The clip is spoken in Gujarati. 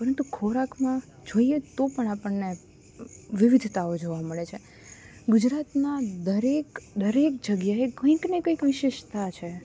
પરંતુ ખોરાકમાં જોઈએ તો પણ આપણને વિવિધતાઓ જોવા મળે છે ગુજરાતના દરેક દરેક જગ્યાએ કંઈક ને કંઈક વિશેષતા છે